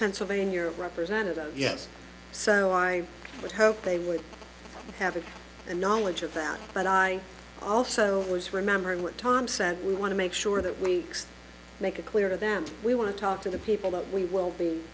pennsylvania representative yes so i would hope they would have it and knowledge of that but i also remember what tom said we want to make sure that we make it clear to them we want to talk to the people that we will be